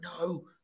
no